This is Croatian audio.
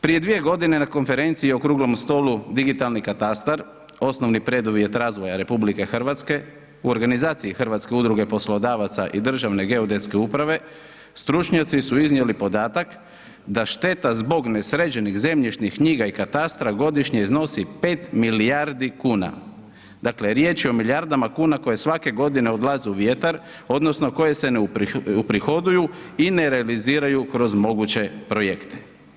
Prije dvije godine na konferenciji i okruglom stolu „Digitalni katastar, osnovni preduvjet razvoja RH“ u organizaciji HUP-a i državne geodetske uprave stručnjaci su iznijeli podatak da šteta zbog nesređenih zemljišnih knjiga i katastra godišnje iznosi 5 milijardi kuna, dakle riječ je o milijardama kuna koje svake godine odlaze u vjetar odnosno koje se ne uprihoduju i ne realiziraju kroz moguće projekte.